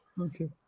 Okay